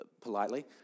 politely